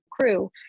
Crew